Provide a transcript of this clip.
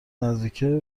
نزدیکه